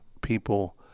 people